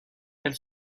elle